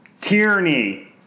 Tyranny